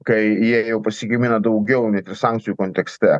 kai jie jau pasigamina daugiau net ir sankcijų kontekste